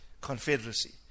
confederacy